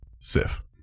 Sif